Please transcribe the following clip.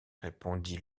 répondit